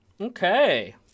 Okay